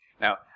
Now